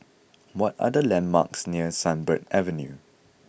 what are the landmarks near Sunbird Avenue